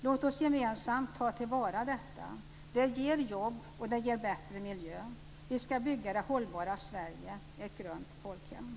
Låt oss gemensamt ta till vara detta! Det ger jobb och det ger en bättre miljö! Vi ska bygga det hållbara Sverige! Ett grönt folkhem!